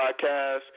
podcast